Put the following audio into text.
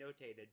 notated